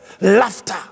Laughter